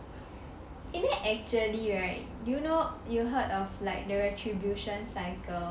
and then actually right do you know do you heard of like the retribution cycle a WhatsApp something 来恶有恶报